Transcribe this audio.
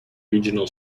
regional